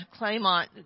Claymont